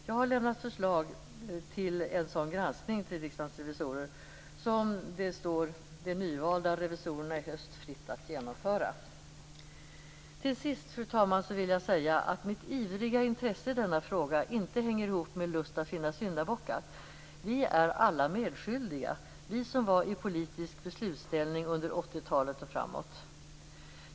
Jag har lämnat förslag till en sådan granskning till Riksdagens revisorer som det står de nyvalda revisorerna i höst fritt att genomföra. Fru talman! Till sist vill jag säga att mitt ivriga intresse för denna fråga inte hänger ihop med en lust att finna syndabockar. Vi är alla medskyldiga - vi som var i politisk beslutsställning under 80-talet och framåt.